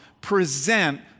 present